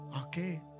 Okay